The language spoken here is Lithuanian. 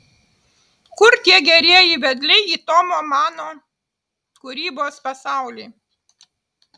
kur tie gerieji vedliai į tomo mano kūrybos pasaulį